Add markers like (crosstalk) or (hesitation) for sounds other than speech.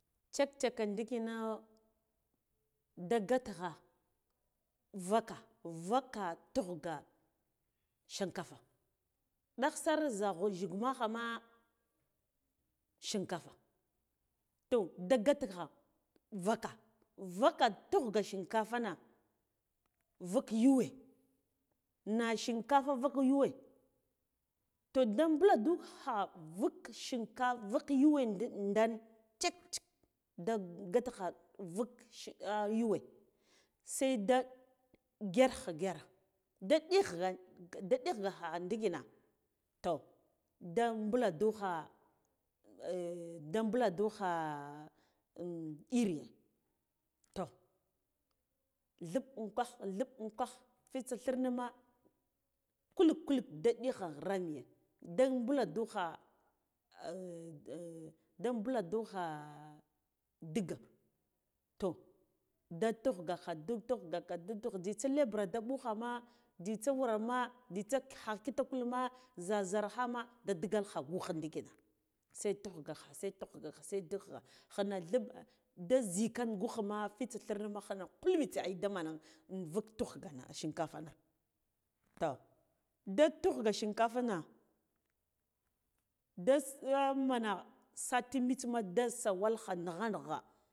Check check ndikino da gatakha vaka vaka tugh ya shinkafa ɗakhaar zha vhujhugma khama shinkafa to gatekha vaka vaka dughge shinkafane vuk yuwe na shinkafa vuk yuwe toh da bulandu kha vuk shinka vuk yuwe dan check check da gata kha vuk (hesitation) yuwe saida ngyarakha gyara da dighga da dighgakha ndikina toh da bulendikha da bulandukha iri toh ɗhub unghwagh dhulb unghwagh fitsa thirnma kuluk kuluk da ɗighga rami da bulendukhe (hesitation) ndiga toh da tighgakha da tighgaka da tigh jzitsa lebura da bugha ma jzitsa wura masa jzitsa kha kitakul ma zha zha nama da digal kha gughndikina sai tughgaka sai tughgakha sai dughgakha khana dhilb nda zhikan dtughma fitsa thiama hana kul mitse ai daman vavuk tughgana shinkafa toh da tugh ga shinkafa da si (hesitation) mana sati mitse ma da sawal kha nagha nagha.